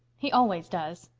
he always does.